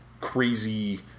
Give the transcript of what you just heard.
crazy